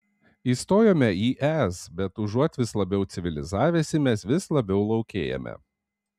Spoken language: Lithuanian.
įstojome į es bet užuot vis labiau civilizavęsi mes vis labiau laukėjame